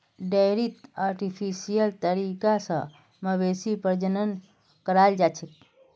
डेयरीत आर्टिफिशियल तरीका स मवेशी प्रजनन कराल जाछेक